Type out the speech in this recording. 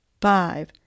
five